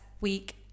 week